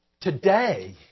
Today